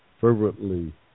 fervently